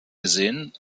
gesehen